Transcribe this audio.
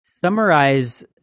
summarize